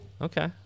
Okay